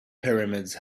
pyramids